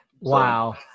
Wow